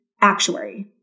actuary